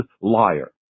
liar